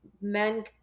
men